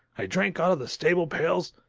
i drank out of the stable pails.